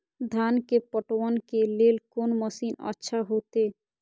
धान के पटवन के लेल कोन मशीन अच्छा होते?